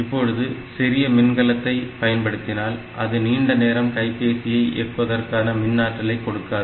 இப்பொழுது சிறிய மின்கலத்தை பயன்படுத்தினால் அது நீண்ட நேரம் கைபேசியை இயக்குவதற்கான மின் ஆற்றலை கொடுக்காது